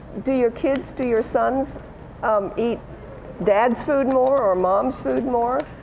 do your kids, do your sons um eat dad's food more or mom's food more?